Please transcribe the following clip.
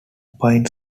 pine